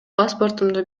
паспортумду